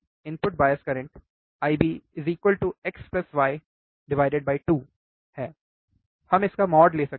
input bias current IB x y 2 है हम इसका mod ले सकते हैं